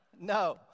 no